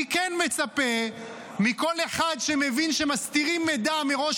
אני כן מצפה מכל אחד שמבין שמסתירים מידע מראש